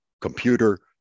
computer